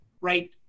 right